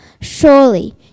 surely